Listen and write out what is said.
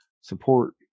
support